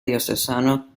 diocesano